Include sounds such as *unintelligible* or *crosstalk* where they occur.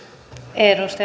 arvoisa *unintelligible*